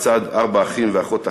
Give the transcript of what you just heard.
לצד ארבעה אחים ואחות אחת,